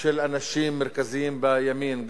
של אנשים מרכזיים בימין,